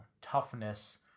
toughness